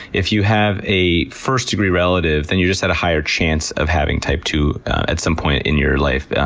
if you have a first degree relative, then you just have a higher chance of having type two at some point in your life,